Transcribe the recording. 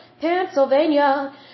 pennsylvania